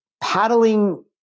paddling